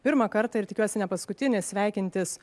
pirmą kartą ir tikiuosi nepaskutinį sveikintis